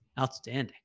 Outstanding